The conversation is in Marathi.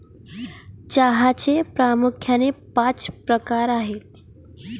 चहाचे प्रामुख्याने पाच प्रकार आहेत